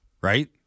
Right